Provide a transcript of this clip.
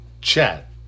chat